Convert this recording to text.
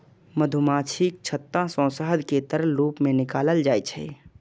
मधुमाछीक छत्ता सं शहद कें तरल रूप मे निकालल जाइ छै